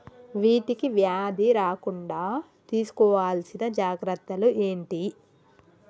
వీటికి వ్యాధి రాకుండా తీసుకోవాల్సిన జాగ్రత్తలు ఏంటియి?